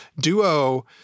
Duo